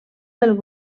del